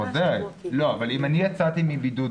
אבל אם אני יצאתי מבידוד,